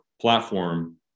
platform